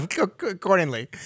Accordingly